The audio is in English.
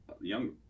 young